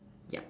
yup